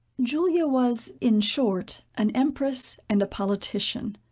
julia was, in short, an empress and a politician,